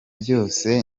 byose